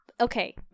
Okay